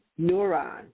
neuron